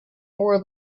more